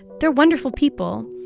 they're wonderful people.